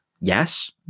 Yes